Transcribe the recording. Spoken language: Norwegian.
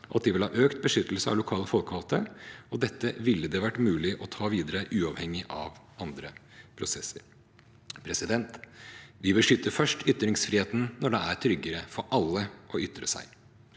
sagt at de vil ha økt beskyttelse av lokale folkevalgte, og dette ville det vært mulig å ta videre uavhengig av andre prosesser. Vi beskytter ytringsfriheten først når det er tryggere for alle å ytre seg.